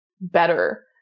better